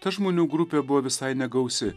ta žmonių grupė buvo visai negausi